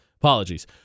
Apologies